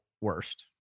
worst